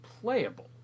playable